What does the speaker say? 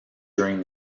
during